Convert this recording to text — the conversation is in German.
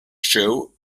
show